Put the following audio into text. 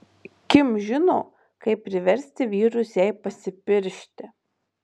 kim žino kaip priversti vyrus jai pasipiršti